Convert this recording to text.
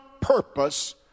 purpose